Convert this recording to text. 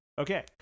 okay